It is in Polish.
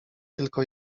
tylko